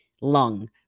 lung